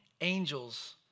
angels